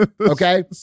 Okay